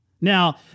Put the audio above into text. Now